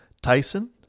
Tyson